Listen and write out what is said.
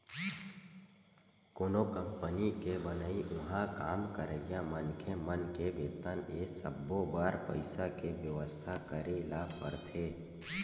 कोनो कंपनी के बनई, उहाँ काम करइया मनखे मन के बेतन ए सब्बो बर पइसा के बेवस्था करे ल परथे